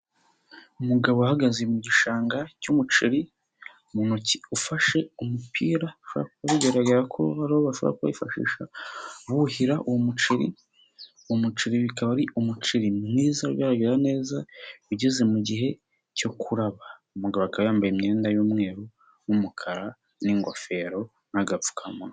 Umugabo uhagaze mu gishanga cy'umuceri mu ntoki ufashe umupira bigaragara ko ari wo bashobora bifashisha buhira uwo muceri, umuceri bikaba ari umuceri mwiza ugaragara neza ugeze mugihe cyo kuraba, umugabo akaba yambaye imyenda y'umweru n'umukara n'ingofero n'agapfukamunwa.